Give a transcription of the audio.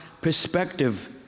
perspective